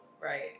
Right